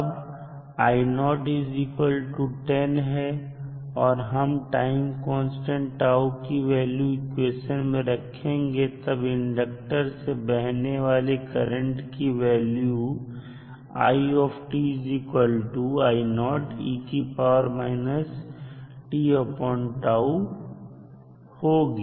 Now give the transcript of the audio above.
अब i10 है और हम टाइम कांस्टेंट की वैल्यू इक्वेशन में रखेंगे तब इंडक्टर से बहने वाली करंट की वैल्यू होगी